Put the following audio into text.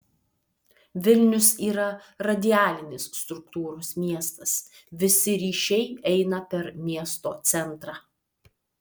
vilnius yra radialinės struktūros miestas visi ryšiai eina per miesto centrą